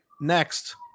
next